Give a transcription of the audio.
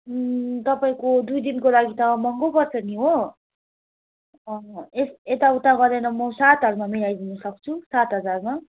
तपाईँको दुई दिनको लागि त महँगो पर्छ नि हो एत एताउता गरेर म सातहरूमा मिलाइदिनु सक्छु सात हजारमा